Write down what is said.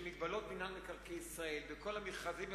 שמגבלות מינהל מקרקעי ישראל וכל המכרזים,